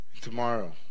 tomorrow